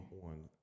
one